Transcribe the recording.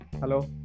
hello